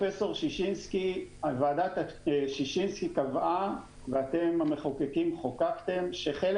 ועדת ששינסקי קבעה ואתם המחוקקים חוקקתם שחלק